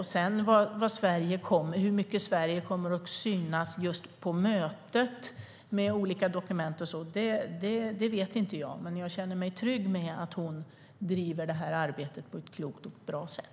Hur mycket Sverige sedan kommer att synas på mötet, med olika dokument och sådant, vet jag inte, men jag känner mig trygg med att hon driver det arbetet på ett klokt och bra sätt.